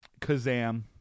kazam